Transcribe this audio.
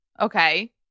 Okay